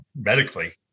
medically